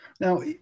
Now